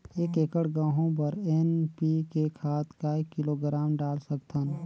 एक एकड़ गहूं बर एन.पी.के खाद काय किलोग्राम डाल सकथन?